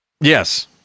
yes